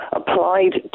applied